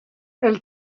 elle